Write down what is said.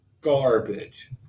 Garbage